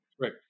Right